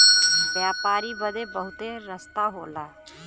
व्यापारी बदे बहुते रस्ता होला